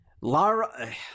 Lara